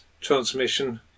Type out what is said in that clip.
Transmission